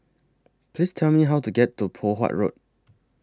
Please Tell Me How to get to Poh Huat Road